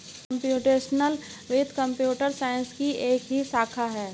computational वित्त computer science की ही एक शाखा है